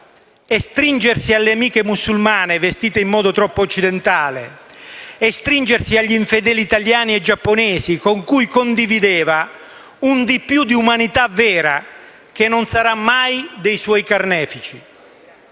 e stringersi alle amiche musulmane vestite in modo troppo occidentale e agli infedeli italiani e giapponesi con cui condivideva un di più di umanità vera che non sarà mai dei suoi carnefici.